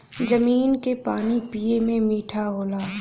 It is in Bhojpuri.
जमीन क पानी पिए में मीठा होला